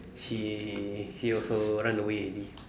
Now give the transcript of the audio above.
she he also run away already